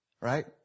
Right